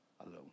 alone